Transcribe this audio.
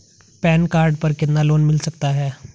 Pan card पर कितना loan मिल सकता है?